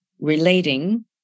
relating